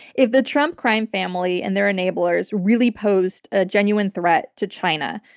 if the trump crime family and their enablers really posed a genuine threat to china,